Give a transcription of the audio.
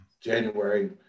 january